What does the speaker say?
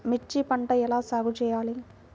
మిర్చి పంట ఎలా సాగు చేయాలి?